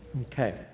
Okay